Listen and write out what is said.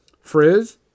Frizz